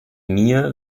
mir